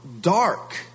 dark